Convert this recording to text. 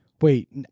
Wait